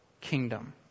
kingdom